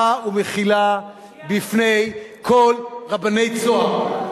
אני רוצה לבקש סליחה ומחילה בפני כל רבני "צהר",